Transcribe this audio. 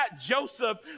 Joseph